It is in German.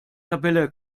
tabelle